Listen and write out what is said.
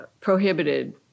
prohibited